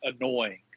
annoying